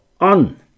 on